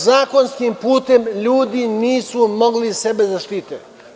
Zakonskim putem ljudi nisu mogli sebe da zaštite.